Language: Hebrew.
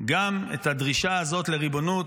גם את הדרישה הזאת לריבונות,